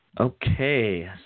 Okay